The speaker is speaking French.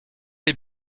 les